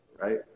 right